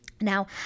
now